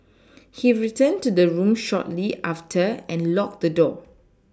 he returned to the room shortly after and locked the door